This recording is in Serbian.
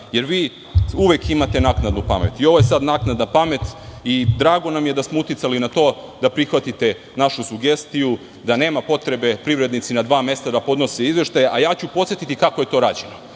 jer vi uvek imate naknadnu pamet, i ovo je sada naknadna pamet, i drago nam je da smo uticali na to da prihvatite našu sugestiju da nema potrebe da privrednici na dva mesta podnose izveštaje. Podsetiću kako je to rađeno,